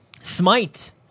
Smite